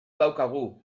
daukagu